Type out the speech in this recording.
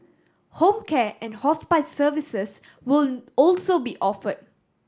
home care and hospice services will also be offer